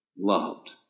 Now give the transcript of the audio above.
loved